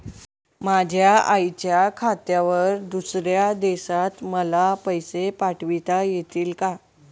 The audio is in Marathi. माझ्या आईच्या खात्यावर दुसऱ्या देशात मला पैसे पाठविता येतील का?